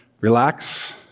Relax